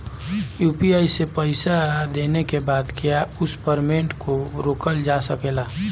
UPI से पईसा देने के बाद क्या उस पेमेंट को रोकल जा सकेला?